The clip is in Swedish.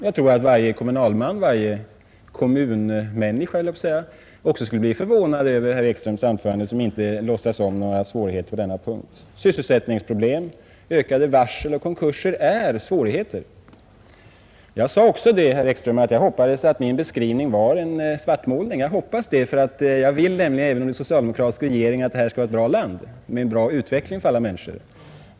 Jag tror att varje kommunalman skulle bli förvånad över herr Ekströms anförande när han däri inte låtsas om några svårigheter på denna punkt. Sysselsättningsproblem, ökat antal varsel och konkurser är andra svårigheter. Jag sade att jag hoppades att min beskrivning skulle visa sig utgöra en svartmålning, ty även om det sitter en socialdemokratisk regering vill jag att vi skall ha ett bra land och en bra utveckling för alla människor.